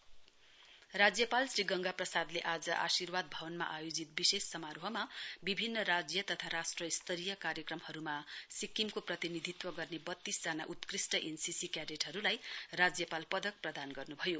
governor राज्यपाल श्री गंगा प्रसादले आज आर्शिवाद भवनमा आयोजित विशेष समारोहमा विभिन्न राज्य तथा राष्ट्र स्तरीय कार्यक्रमहरुमा सिक्किमको प्रतिनिधित्व गर्ने वत्तीसजना उत्कृष्ट एनसीसी क्याडेटहरुलाई राज्यपाल पदक प्रदान गर्नुभयो